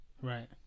Right